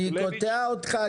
קוטע אותך,